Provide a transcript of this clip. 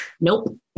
nope